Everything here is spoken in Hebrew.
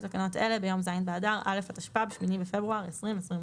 תקנות אלה ביום ז' באדר א' התשפ"ב (8 בפברואר 2022)."